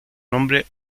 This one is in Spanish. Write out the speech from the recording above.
nombre